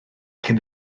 cyn